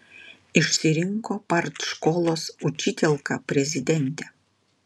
išsirinko partškolos učitielka prezidentę